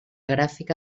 gràfica